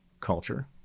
culture